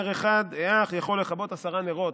נר אחד היאך יכול לכבות עשרה נרות".